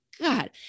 God